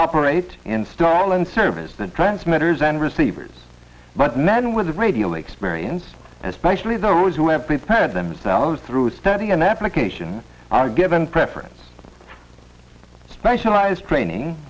operate install and service the transmitters and receivers but men with the radio experience especially those who have prepared themselves through study and application are given preference specialized training